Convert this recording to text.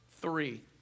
three